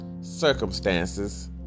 circumstances